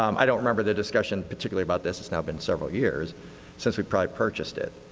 um i don't remember the discussion particularly about this. it's now been several years since we probably purchased it,